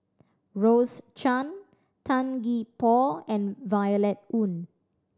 Rose Chan Tan Gee Paw and Violet Oon